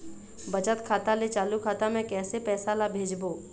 बचत खाता ले चालू खाता मे कैसे पैसा ला भेजबो?